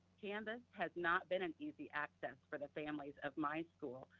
canvas has not been an easy access for the families of my school,